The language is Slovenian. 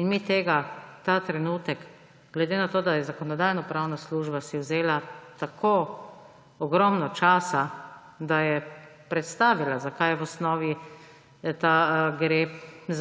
In mi tega ta trenutek glede na to, da si je Zakonodajno-pravna služba vzela tako ogromno časa, da je predstavila, zakaj v osnovi gre